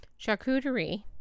charcuterie